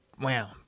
wow